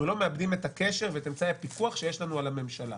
אנחנו לא מאבדים את הקשר ואת אמצעי הפיקוח שיש לנו על הממשלה.